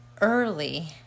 early